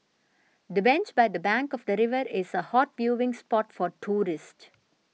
the bench by the bank of the river is a hot viewing spot for tourists